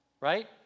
Right